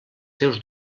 seus